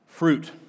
Fruit